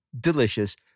delicious